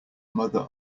mother